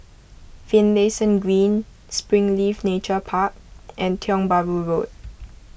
Finlayson Green Springleaf Nature Park and Tiong Bahru Road